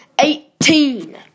Eighteen